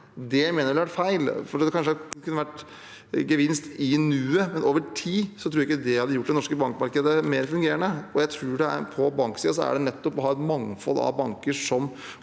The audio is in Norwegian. Det mener jeg ville vært feil, for det kunne kanskje vært gevinst i nuet, men over tid tror jeg ikke det hadde gjort det norske bankmarkedet mer fungerende. Jeg tror at på banksiden er det å ha et mangfold av banker som